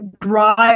drive